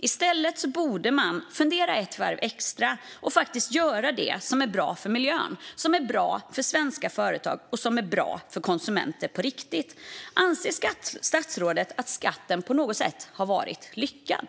I stället borde man fundera ett varv extra och faktiskt göra det som är bra för miljön, som är bra för svenska företag och som är bra för konsumenter på riktigt. Anser statsrådet att skatten på något sätt varit lyckad?